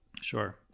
Sure